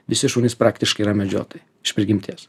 visi šunys praktiškai yra medžiotojai iš prigimties